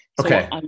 Okay